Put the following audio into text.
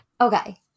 Okay